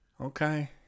Okay